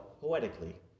poetically